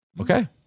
Okay